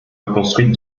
reconstruite